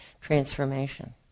transformation